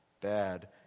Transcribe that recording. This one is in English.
Bad